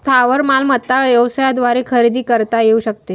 स्थावर मालमत्ता व्यवसायाद्वारे खरेदी करता येऊ शकते